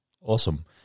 Awesome